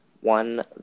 One